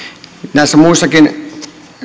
näissä muissakin